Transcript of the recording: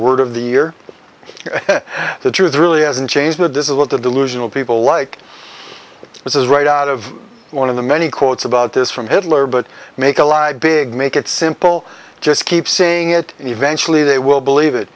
word of the year the truth really hasn't changed that this is what the delusional people like this is right out of one of the many quotes about this from hitler but make allied big make it simple just keep saying it and eventually they will believe it